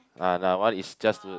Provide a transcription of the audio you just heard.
ah that one is just to